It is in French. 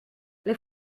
les